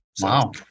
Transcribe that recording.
Wow